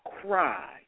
cry